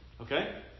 Okay